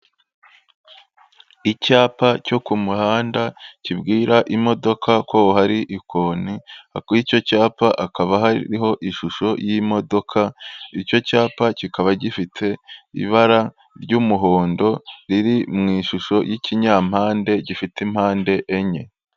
Icyapa cyo ku muhanda, kibwira imodoka ko hari ikoni, kuri icyo cyapa hakaba hariho ishusho y'imodoka, icyo cyapa kikaba gifite ibara ry'umuhondo, riri mu ishusho y'ikinyampande, gifite impande enye.